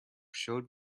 showed